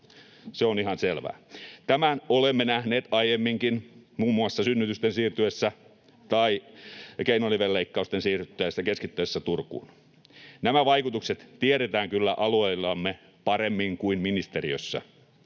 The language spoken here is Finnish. se on ihan selvää. Tämän olemme nähneet aiemminkin muun muassa synnytysten siirtyessä tai keinonivelleikkausten keskittyessä Turkuun. Nämä vaikutukset tiedetään kyllä alueillamme paremmin kuin ministeriössä.